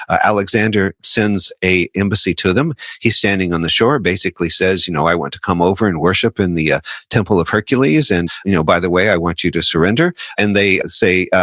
alexander sends a embassy to them. he's standing on the shore, basically says, you know i want to come over and worship in the ah temple of hercules. and you know by the way, i want you to surrender. and they say,